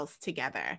together